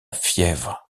fièvre